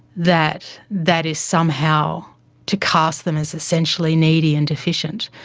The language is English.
that that is somehow to cast them as essentially needy and deficient.